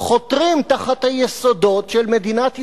הם חותרים תחת היסודות של מדינת ישראל.